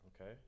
Okay